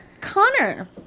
Connor